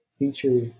feature